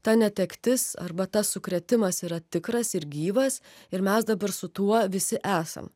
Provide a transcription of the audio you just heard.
ta netektis arba tas sukrėtimas yra tikras ir gyvas ir mes dabar su tuo visi esam